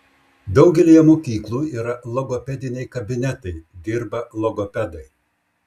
daugelyje mokyklų yra logopediniai kabinetai dirba logopedai